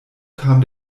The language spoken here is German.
kam